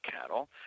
cattle